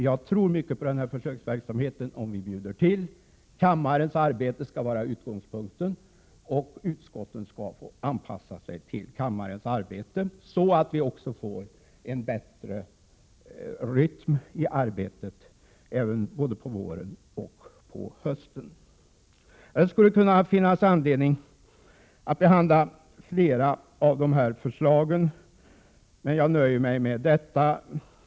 Jag tror mycket på denna försöksverksamhet, om vi bjuder till. Kammarens arbete skall vara utgångspunkten, och utskotten skall få anpassa sig till kammarens arbete, så att vi också får en bättre rytm i arbetet både på våren och på hösten. Det kunde finnas anledning att här behandla fler av de föreliggande förslagen, men jag nöjer mig med vad jag nu har sagt.